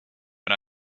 but